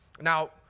Now